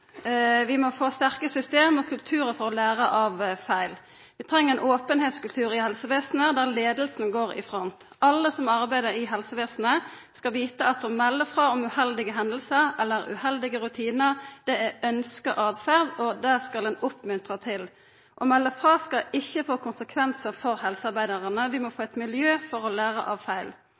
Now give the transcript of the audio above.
Vi må få sterke system og kulturar for å læra av feil. Vi treng ein openheitskultur i helsevesenet, der leiinga går i front. Alle som arbeider i helsevesenet, skal vita at å melda frå om uheldige hendingar eller uheldige rutinar er ønskt åtferd, og det skal ein oppmuntra til. Å melda frå skal ikkje få konsekvensar for helsearbeidarane. Vi må få eit miljø for å læra av feil.